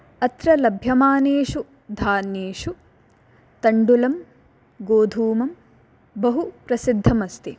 अत्र लभ्यमानेषु धान्येषु तण्डुलं गोधूमं बहु प्रसिद्धमस्ति